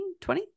20